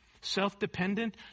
self-dependent